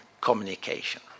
communication